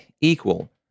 equal